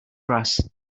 grass